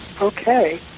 Okay